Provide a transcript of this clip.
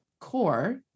core